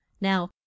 now